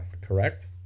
correct